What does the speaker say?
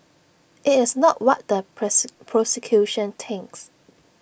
IT is not what the press prosecution thinks